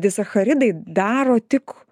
disacharidai daro tik